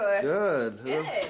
Good